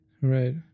Right